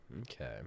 Okay